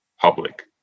public